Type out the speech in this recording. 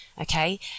okay